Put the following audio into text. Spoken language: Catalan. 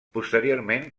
posteriorment